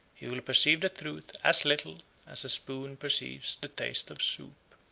he will perceive the truth as little as a spoon perceives the taste of soup.